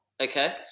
okay